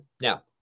Now